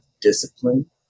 discipline